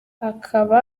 akaba